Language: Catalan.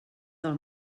del